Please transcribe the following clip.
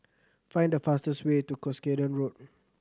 find the fastest way to Cuscaden Road